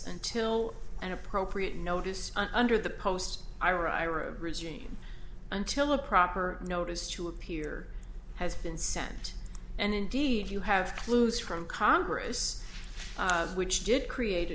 until an appropriate notice under the post regime until a proper notice to appear has been sent and indeed you have clues from congress which did create a